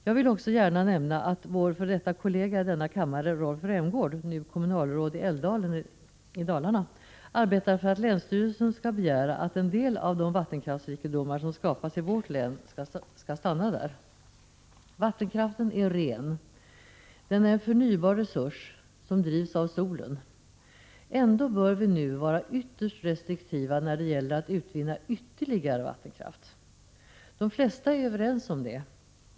Jag vill också gärna nämna att vår f. d. kollega i denna kammare, Rolf Rämgård, nu kommunalråd i Älvdalen i Dalarna, arbetar för att länsstyrelsen skall begära att en del av de vattenkraftsrikedomar som skapas i vårt län skall stanna där. Vattenkraften är ren, den är en förnybar resurs som drivs av solen. Ändå bör vi nu vara ytterst restriktiva när det gäller att utvinna ytterligare vattenkraft. De flesta är överens om detta.